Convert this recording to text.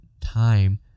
time